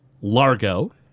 Largo